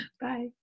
Bye